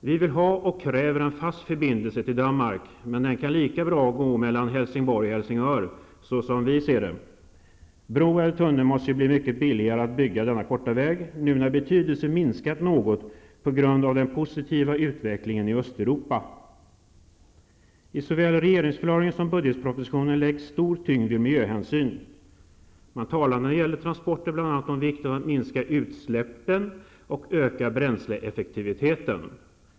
Vi vill ha och kräver en fast förbindelse till Danmark, men den kan lika bra gå mellan Helsingborg och Helsingör, som vi ser det. En bro eller tunnel måste bli mycket billigare att bygga denna korta väg, nu när betydelsen har minskat något på grund av den positiva utvecklingen i I såväl regeringsförklaringen som budgetpropositionen lägger man stor tyngd vid miljöhänsyn. Man talar när det gäller transporter bl.a. om vikten av att minska utsläppen och öka bränsleeffektiviteten.